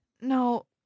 No